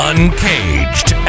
Uncaged